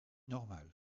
normale